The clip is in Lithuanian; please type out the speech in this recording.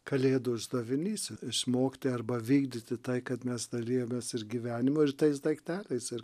kalėdų uždavinys išmokti arba vykdyti tai kad mes dalijamės ir gyvenimu ir tais daikteliais ir